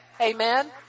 Amen